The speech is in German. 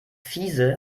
fiese